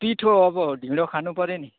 पिठो अब ढिँडो खानुपर्यो नि